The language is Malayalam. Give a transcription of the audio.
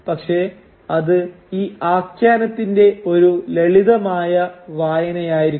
പക്ഷേ അത് ഈ ആഖ്യാനത്തിന്റെ ഒരു ലളിതമായ വായനയായിരിക്കും